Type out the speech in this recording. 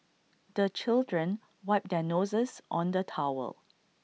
the children wipe their noses on the towel